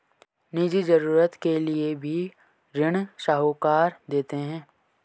निजी जरूरत के लिए भी ऋण साहूकार देते हैं